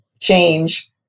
change